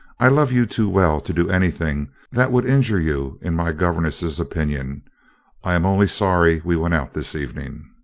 i love you too well, to do anything that would injure you in my governess's opinion i am only sorry we went out this evening.